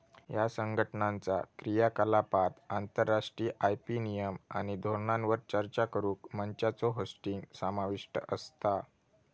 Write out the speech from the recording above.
ह्या संघटनाचा क्रियाकलापांत आंतरराष्ट्रीय आय.पी नियम आणि धोरणांवर चर्चा करुक मंचांचो होस्टिंग समाविष्ट असता